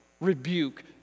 rebuke